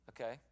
Okay